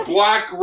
Black